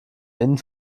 innen